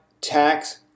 tax